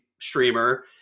streamer